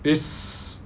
is